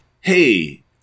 hey